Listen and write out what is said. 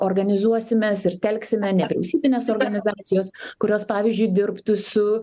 organizuosimės ir telksime nevyriausybinės organizacijos kurios pavyzdžiui dirbtų su